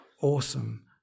awesome